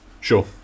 Sure